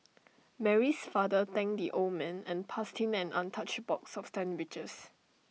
Mary's father thanked the old man and passed him an untouched box of sandwiches